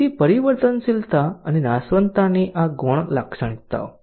તેથી પરિવર્તનશીલતા અને નાશવંતતાની આ ગૌણ લાક્ષણિકતાઓ